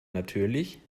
natürlich